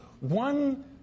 one